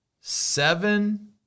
seven